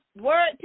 word